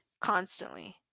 Constantly